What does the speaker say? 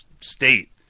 state